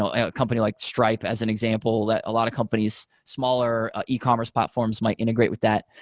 ah a a company like stripe as an example that a lot of companies smaller ah ecommerce platforms might integrate with that.